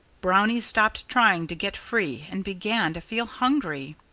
brownie stopped trying to get free and began to feel hungry.